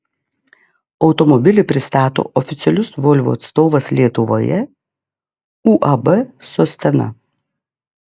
automobilį pristato oficialus volvo atstovas lietuvoje uab sostena